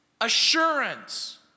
Assurance